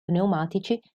pneumatici